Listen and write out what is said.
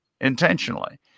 intentionally